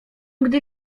gdy